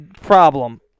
problem